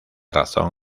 razón